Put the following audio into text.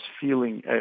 feeling